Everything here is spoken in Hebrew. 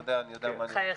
בחייך.